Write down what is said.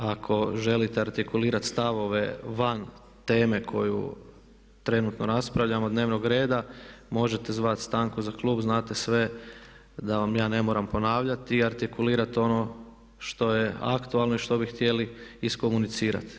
Ako želite artikulirati stavove van teme koju trenutno raspravljamo, dnevnog reda možete zvati stanku za klub, znate sve, da vam ja ne moram ponavljati i artikulirati ono što je aktualno i što bi htjeli iskomunicirati.